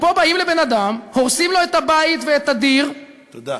ופה באים לאדם, הורסים לו את הבית ואת הדיר, תודה.